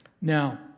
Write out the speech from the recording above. Now